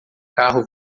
carro